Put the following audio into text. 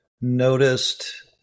noticed